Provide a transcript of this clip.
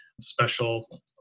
special